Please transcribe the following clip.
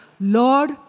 Lord